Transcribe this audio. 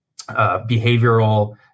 behavioral